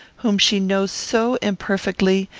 whom she knows so imperfectly,